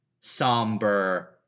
somber